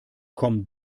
komm